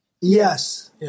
Yes